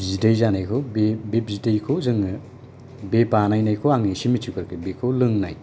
बिदै जानायखौ बे बिदैखौ जोङो बे बानायनायखौ आं एसे मिथिगौ आरोखि बेखौ लोंनाय